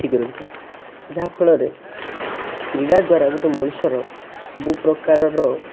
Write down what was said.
ଠିକ୍ ରଖିଥାଏ ଯାହା ଫଳରେ କ୍ରୀଡ଼ା ଦ୍ୱାରା ଗୋଟେ ମଣିଷର ସବୁ ପ୍ରକାରର